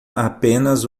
apenas